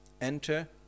enter